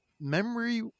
Memory